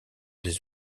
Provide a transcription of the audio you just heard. des